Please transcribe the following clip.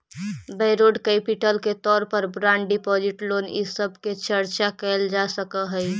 borrowed capital के तौर पर बॉन्ड डिपाजिट लोन इ सब के चर्चा कैल जा सकऽ हई